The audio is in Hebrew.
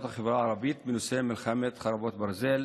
בחברה הערבית בנושא מלחמת חרבות ברזל,